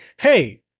hey